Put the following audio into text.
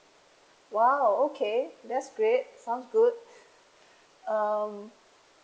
!wow! okay that's great sounds good um